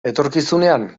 etorkizunean